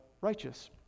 righteous